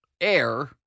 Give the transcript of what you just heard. air